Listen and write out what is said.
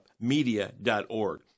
media.org